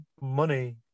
money